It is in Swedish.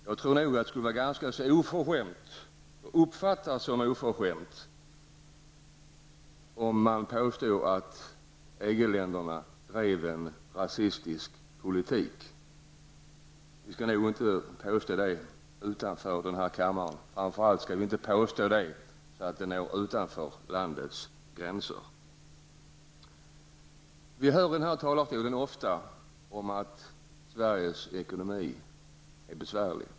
Jag tror att det skulle vara ganska oförskämt, och uppfattas som oförskämt, att påstå att EG-länderna bedriver en rasistisk politik. Vi skall nog inte påstå det utanför denna kammare, och framför allt skall vi inte påstå det så att det når utanför landets gränser. Vi hör från denna talarstol ofta att Sveriges ekonomi är besvärlig.